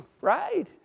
Right